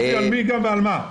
יש לי על מי ועל מה.